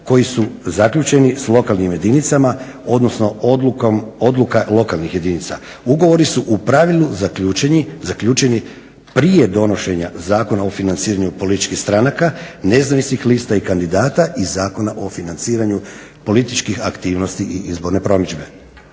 koji su zaključeni s lokalnim jedinicama, odnosno odluka lokalnih jedinica. Ugovori su u pravilu zaključeni prije donošenja Zakona o financiranju političkih stranaka, nezavisnih lista i kandidata iz Zakona o financiranju političkih aktivnosti i izborne promidžbe.